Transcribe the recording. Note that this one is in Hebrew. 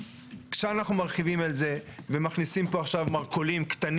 הרשתות הגדולות יהיו מחויבות בהעברת הדיווח אבל